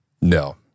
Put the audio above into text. No